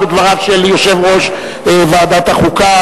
ותעבור לוועדת הכלכלה,